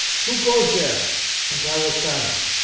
who goes zere ant i was silent.